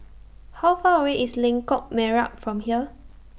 How Far away IS Lengkok Merak from here